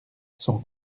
sans